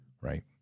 right